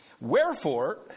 Wherefore